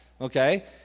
okay